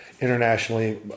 internationally